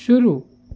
शुरू